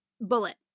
bullet